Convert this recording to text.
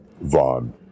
Vaughn